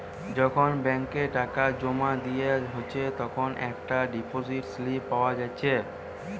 যখন ব্যাংকে টাকা জোমা দিয়া হচ্ছে তখন একটা ডিপোসিট স্লিপ পাওয়া যাচ্ছে